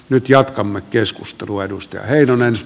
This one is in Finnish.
nyt jatkamme keskustelu edusti hermens